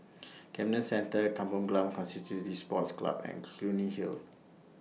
Camden Centre Kampong Glam Constituency Sports Club and Clunny Hill